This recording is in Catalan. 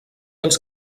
els